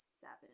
seven